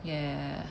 ya